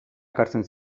ekartzen